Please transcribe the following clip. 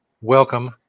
Welcome